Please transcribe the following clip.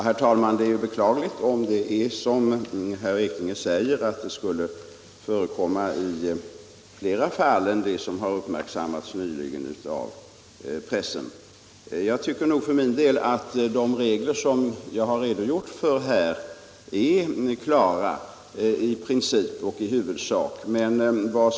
Herr talman! Det är beklagligt om det är som herr Ekinge säger, att det skulle ha förekommit flera sådana här fall än det som nyligen uppmärksammats av pressen. Jag tycker för min del att de regler jag här har redogjort för i princip och i huvudsak är klara.